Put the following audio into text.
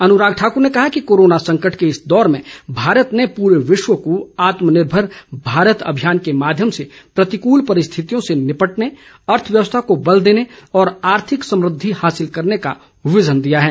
अनुराग ठाकूर ने कहा कि कोरोना संकट के इस दौर में भारत ने पूरे विश्व को आत्मनिर्भर भारत अभियान के माध्यम से प्रतिकूल परिस्थितियों से निपटने अर्थव्यवस्था को बल देने और आर्थिक समृद्धि हासिल करने का विजन दिया है